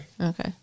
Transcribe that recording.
Okay